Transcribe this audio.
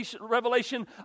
revelation